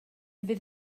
fydd